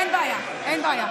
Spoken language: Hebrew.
אי-אפשר לשמוע כבר.